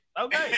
okay